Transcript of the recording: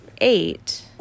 eight